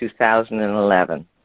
2011